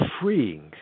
freeing